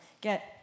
get